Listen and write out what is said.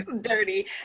dirty